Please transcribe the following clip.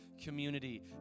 community